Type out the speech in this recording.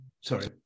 Sorry